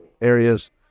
areas